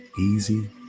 Easy